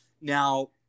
Now